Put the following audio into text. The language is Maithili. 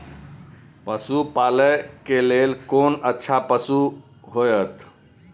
पशु पालै के लेल कोन अच्छा पशु होयत?